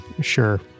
Sure